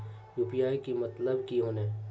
UPI के मतलब की होने?